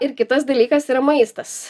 ir kitas dalykas yra maistas